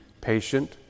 patient